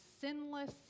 sinless